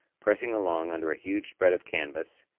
pressing along under a huge spread of canvas,